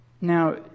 now